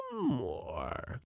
more